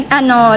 ano